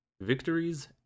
victories